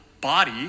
body